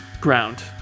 ground